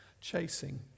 chasing